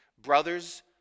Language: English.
brothers